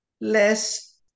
less